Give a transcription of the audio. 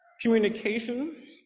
Communication